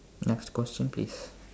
next question please